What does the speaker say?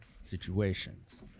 situations